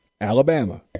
Alabama